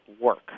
work